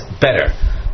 better